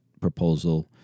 proposal